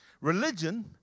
Religion